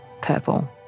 purple